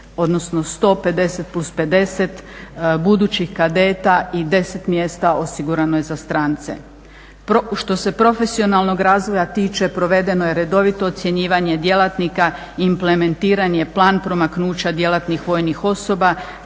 odnosno 150 plus 50 budućih kadeta i 10 mjesta osigurano je za strance. Što se profesionalnog razvoja tiče provedeno je redovito ocjenjivanje djelatnika, implementiranje, plan promaknuća djelatnih vojnih osoba